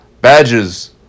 Badges